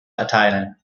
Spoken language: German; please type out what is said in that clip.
erteilen